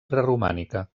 preromànica